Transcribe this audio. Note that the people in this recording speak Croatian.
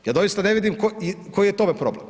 Ja doista ne vidim koji je tome problem?